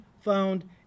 found